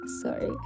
sorry